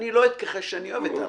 אני לא אתכחש שאני אוהב הרעיון,